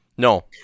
No